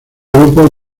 grupo